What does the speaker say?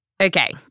Okay